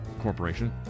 Corporation